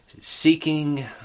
seeking